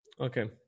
Okay